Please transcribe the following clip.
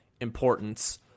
importance